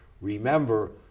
remember